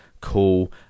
Cool